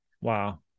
Wow